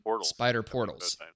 Spider-Portals